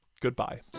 Goodbye